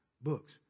books